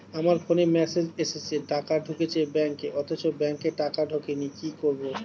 আমার ফোনে মেসেজ এসেছে টাকা ঢুকেছে ব্যাঙ্কে অথচ ব্যাংকে টাকা ঢোকেনি কি করবো?